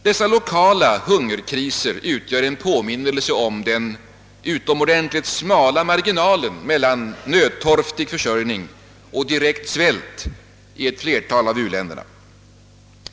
| Dessa lokala hungerkriser utgör en påminnelse om den utomordentligt svaga marginalen mellan nödtorftig försörjning och direkt svält i ett flertal av u-länderna.